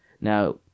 Now